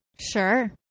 Sure